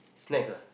snacks ah